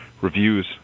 reviews